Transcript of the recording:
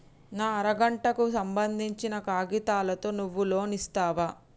నా అర గంటకు సంబందించిన కాగితాలతో నువ్వు లోన్ ఇస్తవా?